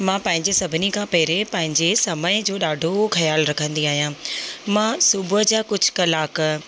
मां पंहिंजे सभिनी खां पहिरियों पंहिंजे समय जो ॾाढो ख़्यालु रखंदी आहियां मां सुबुह जा कुझु कलाक